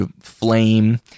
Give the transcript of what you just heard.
flame